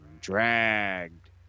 dragged